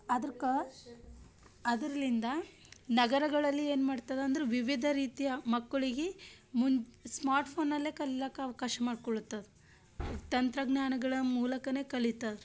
ಅದಕ ಅದರಿಂದ ನಗರಗಳಲ್ಲಿ ಏನ್ಮಾಡ್ತದೆ ಅಂದ್ರೆ ವಿವಿಧ ರೀತಿಯ ಮಕ್ಕಳಿಗಿ ಸ್ಮಾರ್ಟ್ ಫೋನಲ್ಲೇ ಕಲಿಲಕ್ಕ ಅವಕಾಶ ಮಾಡಿಕೊಳ್ಳುತ್ತದೆ ತಂತ್ರಜ್ಞಾನಗಳ ಮೂಲಕನೆ ಕಲಿತಾರ